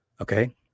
Okay